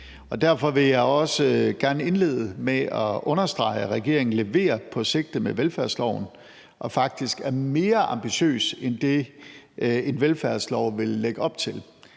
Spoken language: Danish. Derfor vil jeg også gerne indlede med at understrege, at regeringen leverer på sigtet med velfærdsloven og faktisk er mere ambitiøs end det, en velfærdslov vil lægge op til.